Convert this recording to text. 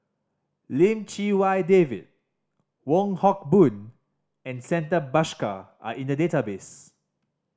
Lim Chee Wai David Wong Hock Boon and Santha Bhaskar are in the database